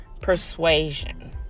persuasion